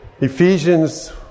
Ephesians